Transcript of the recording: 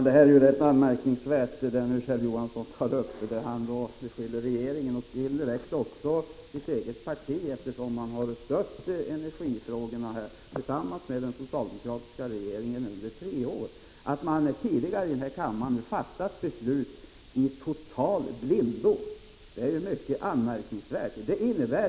Det som Kjell Johansson nu säger är rätt anmärkningsvärt. Han beskyller regeringen — och indirekt också sitt eget parti, eftersom man har stött den socialdemokratiska regeringens energipolitik under tre år — för att tidigare ha fattat beslut här i kammaren totalt i blindo.